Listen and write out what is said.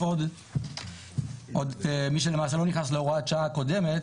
גם את מי שלמעשה לא נכנס להוראה השעה הקודמת,